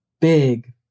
big